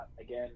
again